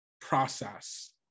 process